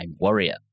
Warrior